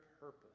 purpose